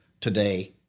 today